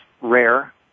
rare